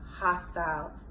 hostile